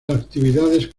actividades